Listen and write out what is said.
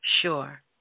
sure